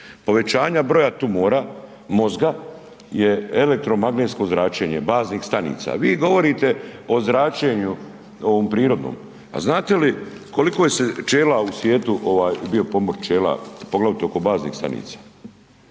povećanja broja tumora mozga je elektromagnetsko zračenje baznih stanica. Vi govorite o zračenju ovom prirodnom, a znate li koliko se je pčela u svijetu, ovaj, bio